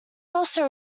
also